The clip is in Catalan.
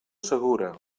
segura